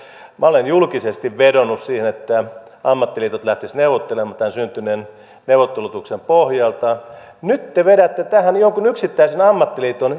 minä olen julkisesti vedonnut siihen että ammattiliitot lähtisivät neuvottelemaan tämän syntyneen neuvottelutuloksen pohjalta nyt te te vedätte tähän jonkun yksittäisen ammattiliiton